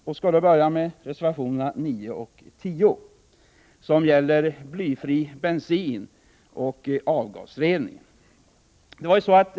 Jag skall börja med reservationerna 9 och 10, som gäller blyfri bensin och avgasrening.